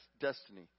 destiny